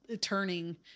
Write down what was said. turning